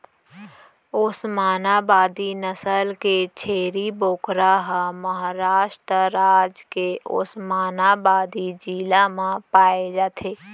ओस्मानाबादी नसल के छेरी बोकरा ह महारास्ट राज के ओस्मानाबादी जिला म पाए जाथे